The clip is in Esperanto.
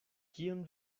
kion